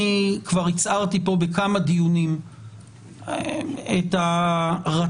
אני כבר הצהרתי בכמה דיונים את הרצון